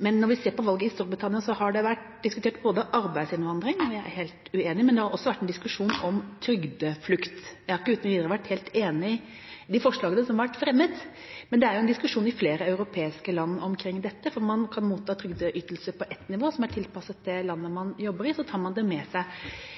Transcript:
men når vi ser på valget i Storbritannia, har man diskutert arbeidsinnvandring – og vi er helt uenige – men det har også vært en diskusjon om trygdeflukt. Jeg har ikke uten videre vært helt enig i de forslagene som har vært fremmet, men det er jo en diskusjon i flere europeiske land omkring dette, for man kan motta trygdeytelser på ett nivå, som er tilpasset det landet man jobber i, og så tar man det med seg